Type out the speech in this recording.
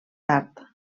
tard